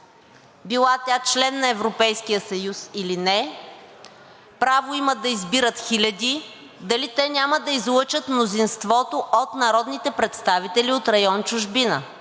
била тя член на Европейския съюз или не, право имат да избират хиляди, дали те няма да излъчат мнозинството от народните представители от район „Чужбина“?